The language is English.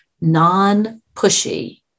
non-pushy